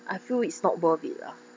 I feel it's not worth it lah